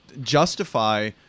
justify